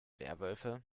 werwölfe